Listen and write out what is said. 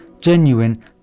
genuine